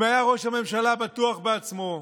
אם היה ראש הממשלה בטוח בעצמו,